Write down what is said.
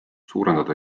suurendada